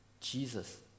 Jesus